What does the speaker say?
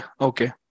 okay